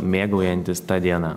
mėgaujantis ta diena